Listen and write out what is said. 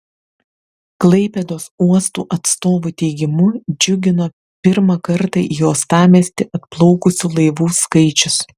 klaipėdos uosto atstovų teigimu džiugino pirmą kartą į uostamiestį atplaukusių laivų skaičius